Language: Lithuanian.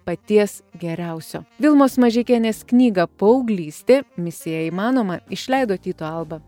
paties geriausio vilmos mažeikienės knygą paauglystė misija įmanoma išleido tyto alba